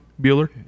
Bueller